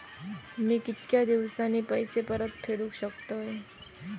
मी कीतक्या दिवसांनी पैसे परत फेडुक शकतय?